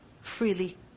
Freely